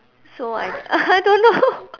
so I I don't know